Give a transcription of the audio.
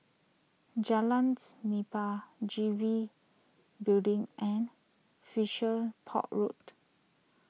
Jalan's Nipah G B Building and fisher Port Road